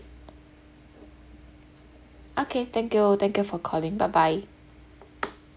okay thank you thank you for calling bye bye